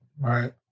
right